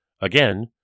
Again